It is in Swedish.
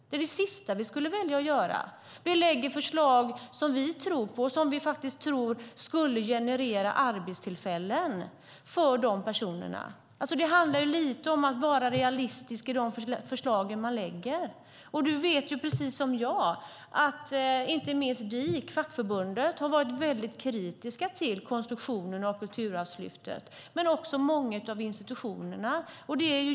Det är det sista vi skulle välja att göra. Vi lägger fram förslag som vi tror på och som vi tror skulle generera arbetstillfällen för de personerna. Det handlar ju lite om att vara realistisk i de förslag man lägger fram. Du vet precis som jag att inte minst DIK, fackförbundet, har varit väldigt kritiskt till konstruktionen av Kulturarvslyftet, men det har också många av institutionerna varit.